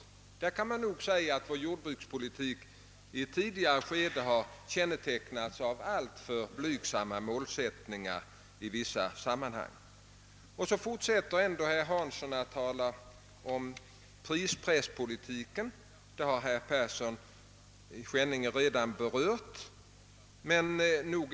Härvidlag kan man nog säga att vår jordbrukspolitik under ett tidigare skede kännetecknats av alltför blygsam målsättning i vissa sammanhang. Herr Hansson fortsätter att tala om prispresspolitiken; herr Persson i Skänninge har redan berört denna sak.